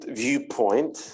viewpoint